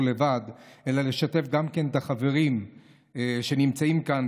לבד אלא לשתף באותו מכתב גם את החברים שנמצאים כאן,